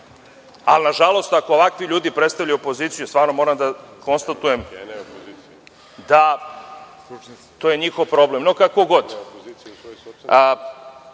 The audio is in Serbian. Nažalost, ako ovakvi ljudi predstavljaju opoziciju, stvarno moram da konstatujem da je to njihov problem. No, kako